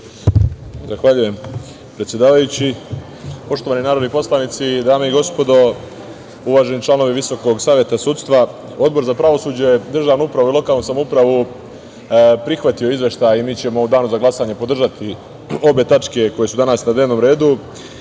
Zahvaljujem, predsedavjući. Poštovani narodni poslanici, dame i gospodo, uvaženi članovi Visokog saveta sudstva, Odbor za pravosuđe, državnu upravu i lokalnu samoupravu prihvatio je Izveštaj i mi ćemo u danu za glasanje podržati obe tačke koje su danas na dnevnom